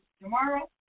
tomorrow